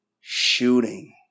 Shooting